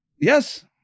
Yes